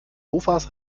mofas